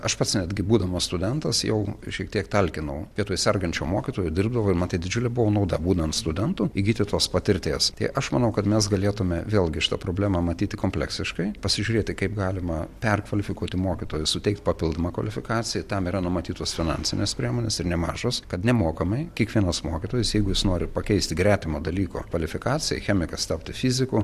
aš pats netgi būdamas studentas jau šiek tiek talkinau vietoj sergančio mokytojo dirbdavau ir man tai didžiulė buvo nauda būnant studentu įgyti tos patirties tai aš manau kad mes galėtume vėlgi šitą problemą matyti kompleksiškai pasižiūrėti kaip galima perkvalifikuoti mokytojus suteikt papildomą kvalifikaciją tam yra numatytos finansinės priemonės ir nemažos kad nemokamai kiekvienas mokytojas jeigu jis nori pakeisti gretimo dalyko kvalifikaciją chemikas tapti fiziku